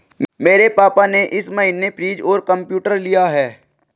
मेरे पापा ने इस महीने फ्रीज और कंप्यूटर लिया है